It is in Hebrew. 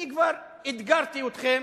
אני כבר אתגרתי אתכם,